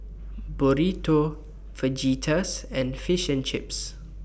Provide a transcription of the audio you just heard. Burrito Fajitas and Fish and Chips